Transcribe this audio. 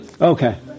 Okay